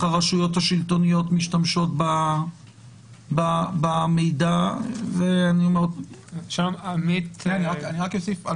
הרשויות השלטוניות משתמשות במידע -- אני רק אוסיף על